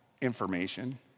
information